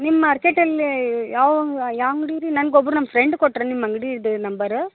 ನಿಮ್ಮ ಮಾರ್ಕೆಟಲ್ಲಿ ಯಾವ ಯಾವ ಅಂಗಡಿ ರೀ ನಂಗೆ ಒಬ್ರು ನನ್ನ ಫ್ರೆಂಡ್ ಕೊಟ್ರು ನಿಮ್ಮ ಅಂಗ್ಡಿದು ನಂಬರ